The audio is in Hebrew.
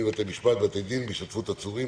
בבתי משפט ובבתי דין בהשתתפות עצורים,